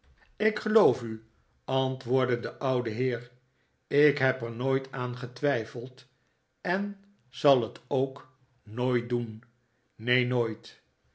ik geloof u antwoordde de oude heer ik heb er nooit aan getwijfeld en zal het nikolaas nickleby ook nooit doen neen nooit